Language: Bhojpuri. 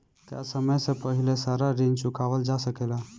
का समय से पहले सारा ऋण चुकावल जा सकेला?